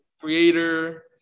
Creator